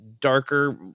darker